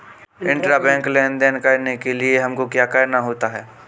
Intrabank लेन देन करने के लिए हमको क्या करना होता है?